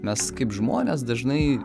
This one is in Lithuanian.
mes kaip žmonės dažnai